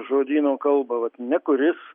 žodyno kalbą vat ne kuris